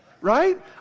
right